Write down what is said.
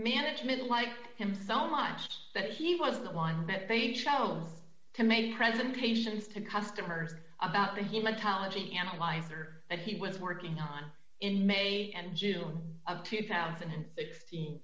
management like him so much that he was the one that they chose to make presentations to customers about the human talent analyzer that he was working on in may and june of two thousand and sixteen